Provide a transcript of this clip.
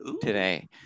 today